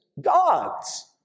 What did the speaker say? God's